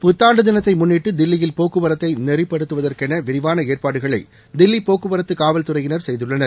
புத்தான்டு தினத்தை முன்னிட்டு தில்லியில் போக்குவரத்தை நெறிப்படுத்ததற்கென விரிவான ஏற்பாடுகளை தில்லி போக்குவரத்து காவல் துறையினர் செய்துள்ளனர்